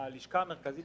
הלשכה המרכזית